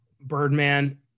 Birdman